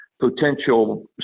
potential